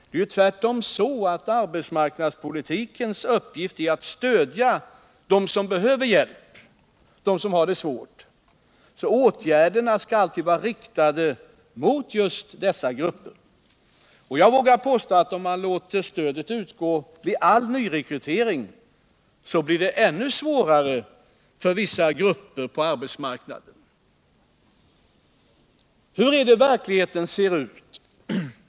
Det är ju tvärtom så, att arbetsmarknadspolitikens uppgift är att stödja dem som behöver hjälp och som har det svårt. Åtgärderna skall alltid vara riktade mot just dessa grupper. Jag vågar påstå att det, om man låter stödet utgå vid all nyrekrytering, blir ännu svårare för vissa grupper på arbetsmarknaden. Hur ser då verkligheten ut?